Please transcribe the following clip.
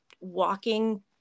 walking